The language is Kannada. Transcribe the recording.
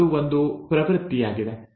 ಅದು ಒಂದು ಪ್ರವೃತ್ತಿಯಾಗಿದೆ